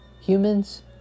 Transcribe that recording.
humans